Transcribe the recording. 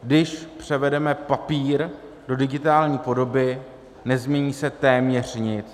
Když převedeme papír do digitální podoby, nezmění se téměř nic.